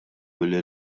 milli